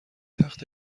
تخت